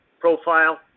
profile